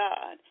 God